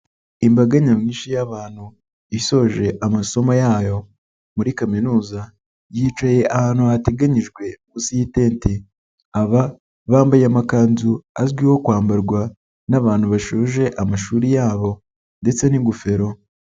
Imbaga nyamwinshi y'abantu isoje amasomo yayo muri kaminuza yicaye ahantu hateganyijwe munsi y'itente, aba bambaye amakanzu azwiho kwambarwa n'abantu bashoje amashuri yabo ndetse n'ingofero.